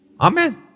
Amen